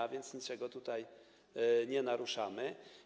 A więc niczego tutaj nie naruszamy.